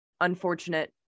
unfortunate